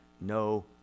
no